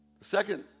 Second